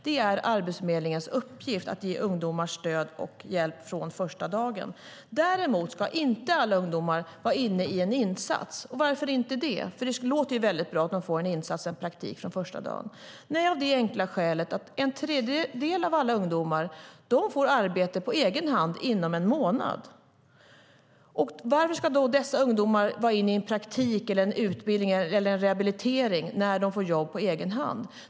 Det är Arbetsförmedlingens uppgift att ge ungdomar stöd och hjälp från första dagen. Däremot ska inte alla ungdomar vara inne i en insats. Och varför det? Det låter ju bra att de får en insats och en praktik från den första dagen. Det enkla skälet är att en tredjedel av alla ungdomar får arbete på egen hand inom en månad. Varför ska dessa ungdomar vara inne i en praktik, en utbildning eller en rehabilitering när de får jobb på egen hand?